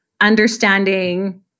understanding